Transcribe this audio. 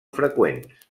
freqüents